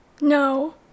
no